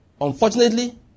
Unfortunately